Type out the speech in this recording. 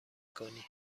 کنی